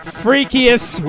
freakiest